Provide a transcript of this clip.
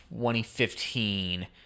2015